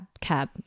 cab